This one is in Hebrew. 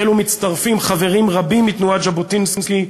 החלו מצטרפים רבים: מתנועת ז'בוטינסקי,